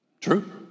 true